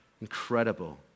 Incredible